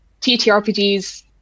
TTRPGs